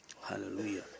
Hallelujah